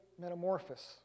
metamorphosis